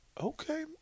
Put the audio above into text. Okay